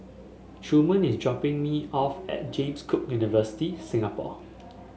Truman is dropping me off at James Cook University Singapore